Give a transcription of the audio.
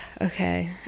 okay